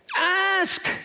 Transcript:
ask